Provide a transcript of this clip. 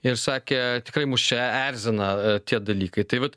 ir sakė tikrai mus čia erzina tie dalykai tai vat